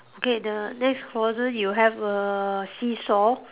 okay the next corner you have a seesaw